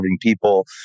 people